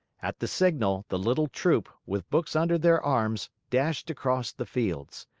at the signal, the little troop, with books under their arms, dashed across the fields.